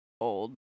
old